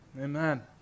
Amen